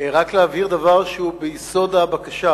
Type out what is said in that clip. רק להבהיר דבר שהוא ביסוד הבקשה.